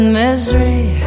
misery